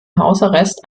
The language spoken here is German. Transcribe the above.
hausarrest